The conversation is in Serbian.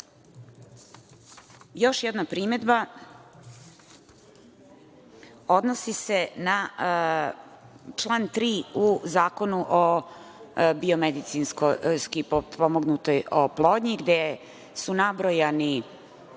jedna primedba odnosi se na član 3. u Zakonu o biomedicinski potpomognutoj oplodnji, gde su nabrojani